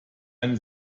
eine